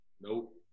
Nope